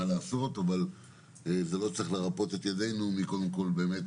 לעשות אבל זה לא צריך לרפות את ידינו מלהמשיך,